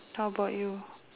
how about you